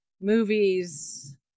movies